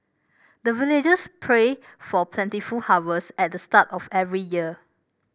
the villagers pray for plentiful harvest at the start of every year